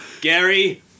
Gary